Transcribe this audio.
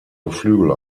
geflügel